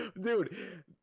Dude